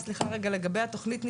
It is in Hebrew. סגמן (יו"ר הוועדה המיוחדת לזכויות הילד): סליחה,